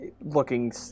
looking